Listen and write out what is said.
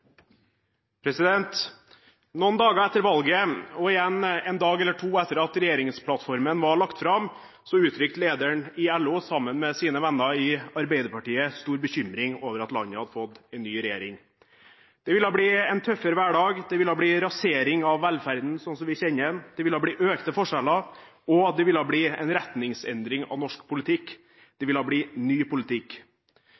Noen dager etter valget og en dag eller to etter at regjeringsplattformen var lagt fram, uttrykte lederen i LO sammen med sine venner i Arbeiderpartiet stor bekymring over at landet hadde fått en ny regjering. Det ville bli en tøffere hverdag, det ville bli rasering av velferden sånn som vi kjenner den, det ville bli økte forskjeller, og det ville bli en retningsendring av norsk politikk